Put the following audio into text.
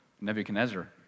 Nebuchadnezzar